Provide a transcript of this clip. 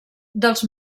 dels